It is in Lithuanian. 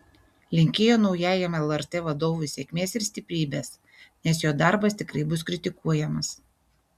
linkėjo naujajam lrt vadovui sėkmės ir stiprybės nes jo darbas tikrai bus kritikuojamas